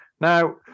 Now